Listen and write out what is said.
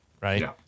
right